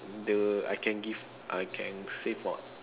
the I can give I can save more